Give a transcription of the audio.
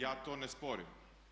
Ja to ne sporim.